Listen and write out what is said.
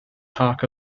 talk